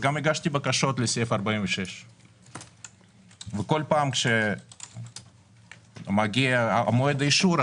וגם הגשתי בקשות לסעיף 46. בכל פעם שמגיע מועד האישור,